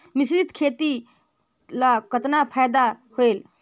मिश्रीत खेती ल कतना फायदा होयल?